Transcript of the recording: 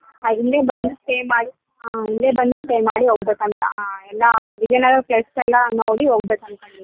ಹಾಂ ಇಲ್ಲೇ ಬಂದು ಸ್ಟೇ ಮಾಡಿ ಹಾಂ ಇಲ್ಲೇ ಬಂದು ಸ್ಟೇ ಮಾಡಿ ಹೋಗ್ಬೇಕಂತ ಹಾಂ ಎಲ್ಲ ವಿಜಯ್ನಗರದ ಪ್ಲೇಸಸ್ ಎಲ್ಲ ನೋಡಿ ಹೋಗ್ಬೇಕನ್ಕಂಡಿದಿವ್